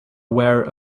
aware